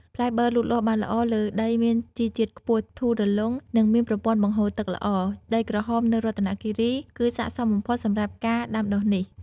ផ្លែបឺរលូតលាស់បានល្អលើដីមានជីជាតិខ្ពស់ ធូររលុង និងមានប្រព័ន្ធបង្ហូរទឹកល្អ។ ដីក្រហមនៅរតនគិរីគឺស័ក្តិសមបំផុតសម្រាប់ការដាំដុះនេះ។